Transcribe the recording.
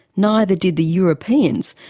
neither did the europeans,